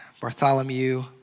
Bartholomew